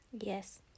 yes